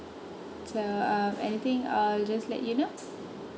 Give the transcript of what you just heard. the um anything I'll just let you know